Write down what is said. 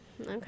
Okay